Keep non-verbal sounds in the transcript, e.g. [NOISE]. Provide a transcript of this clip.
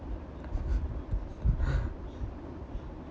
[LAUGHS]